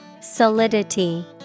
Solidity